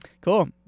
cool